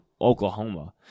Oklahoma